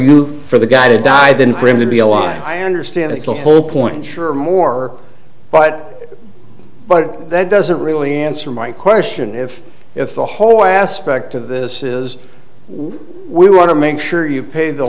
you for the guy to die than for him to be alive i understand it's the whole point sure more but but that doesn't really answer my question if if the whole aspect of this is what we want to make sure you pay the